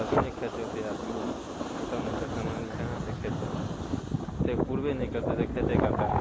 तभी ने खयतै ओतै आदमी छोटा मोटा सामानमे कहाँ से खयतै ओतै पुरबे नहि करतै तऽ खयतै कतऽ